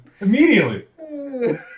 immediately